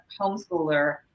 homeschooler